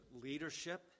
leadership